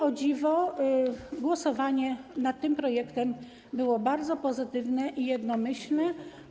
O dziwo głosowanie nad tym projektem było bardzo pozytywne i jednomyślne.